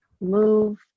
move